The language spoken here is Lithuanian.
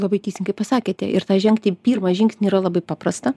labai teisingai pasakėte ir tą žengti pirmą žingsnį yra labai paprasta